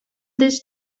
this